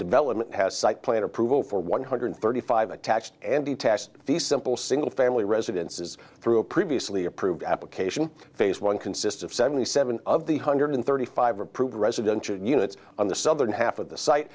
development has site plan approval for one hundred thirty five attached and to test these simple single family residences through a previously approved application phase one consists of seventy seven of the hundred thirty five approved residential units on the southern half of the site